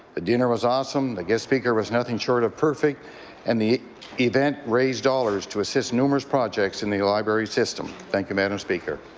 the dinner was awesome, the guest speaker was nothing short of perfect and the event raised dollars to assist numerous projects in the library system. thank you madam speaker.